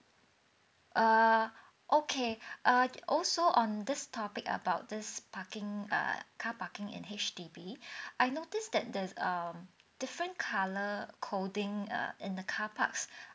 err okay uh also on this topic about this parking err car parking in H_D_B I noticed that there's um different colour coding uh in the car parks